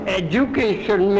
education